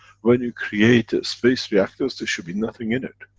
when you create. ah space reactors, there should be nothing in it.